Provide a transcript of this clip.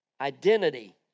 identity